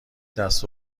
دست